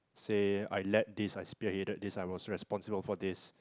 say I let this I spearheaded this I was responsible for this